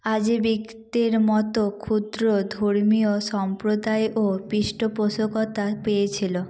অজীবিকদের মতো ক্ষুদ্র ধর্মীয় সম্প্রদায়ও পৃষ্ঠপোষকতা পেয়েছিল